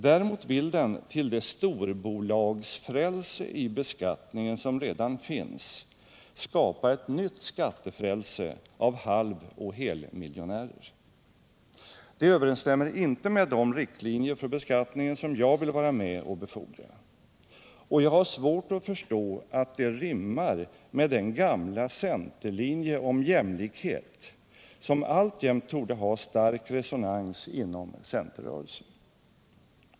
Däremot vill den till det storbolagsfrälse — ling, m.m. i beskattningen som redan finns skapa ett nytt skattefrälse av halvoch helmiljonärer. Det överensstämmer inte med de riktlinjer för beskattningen som jag vill vara med om att befordra, och jag har svårt att förstå att detta rimmar med den gamla centerlinje om jämlikhet som alltjämt torde ha stark resonans inom centerrörelsen.